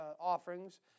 offerings